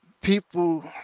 people